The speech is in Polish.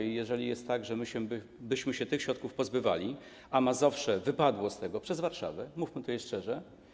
I jeżeli jest tak, że my byśmy się tych środków pozbywali, a Mazowsze wypadło z tego przez Warszawę, mówmy tutaj szczerze.